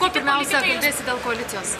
kuo pirmiausia kalbėsi dėl koalicijos